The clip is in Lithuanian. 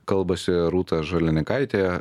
kalbasi rūta žalianekaitė